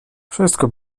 wszystko